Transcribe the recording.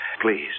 Please